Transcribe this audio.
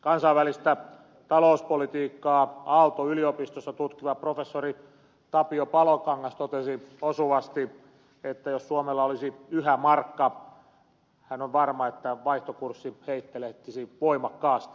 kansainvälistä talouspolitiikkaa aalto yliopistossa tutkiva professori tapio palokangas totesi osuvasti että jos suomella olisi yhä markka hän on varma että vaihtokurssi heittelehtisi voimakkaasti